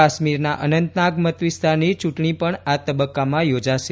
કાશ્મીરમાં અનંતનાગ મતવિસ્તારની ચ્રંટણી પણ આ તબક્કામાં યોજાશે